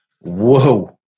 Whoa